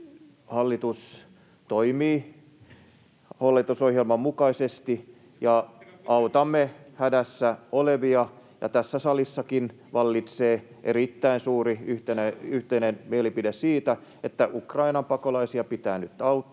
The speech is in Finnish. hallitus toimii hallitusohjelman mukaisesti. Autamme hädässä olevia, ja tässä salissakin vallitsee erittäin suuri yhteinen mielipide siitä, että Ukrainan pakolaisia pitää nyt auttaa.